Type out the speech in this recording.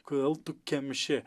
kodėl tu kemši